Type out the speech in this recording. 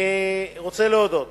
אני רוצה להודות